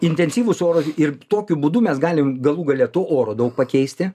intensyvūs oro ir tokiu būdu mes galim galų gale to oro daug pakeisti